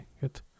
Good